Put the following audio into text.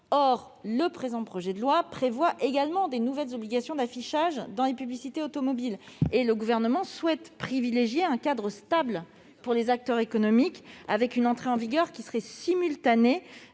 du présent texte. Or celui-ci prévoit également de nouvelles obligations d'affichage dans les publicités automobiles. Le Gouvernement souhaite privilégier un cadre stable pour les acteurs économiques, avec une entrée en vigueur simultanée